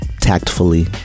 Tactfully